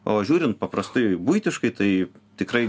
o žiūrint paprastai buitiškai tai tikrai